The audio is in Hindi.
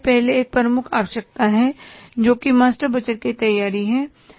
पहले एक प्रमुख आवश्यकता है जोकि मास्टर बजट की तैयारी है